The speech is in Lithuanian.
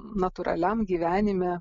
natūraliam gyvenime